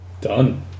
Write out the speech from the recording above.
done